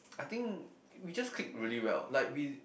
I think we just click really well like we